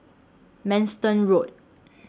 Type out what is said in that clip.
Manston Road